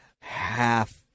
half